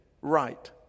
right